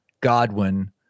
Godwin